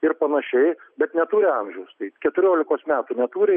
ir panašiai bet neturi amžiaus taip keturiolikos metų neturi